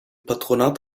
patronat